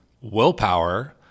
willpower